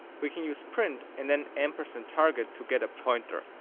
we can use print and then ampercant target to get a pointer,